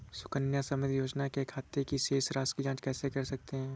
सुकन्या समृद्धि योजना के खाते की शेष राशि की जाँच कैसे कर सकते हैं?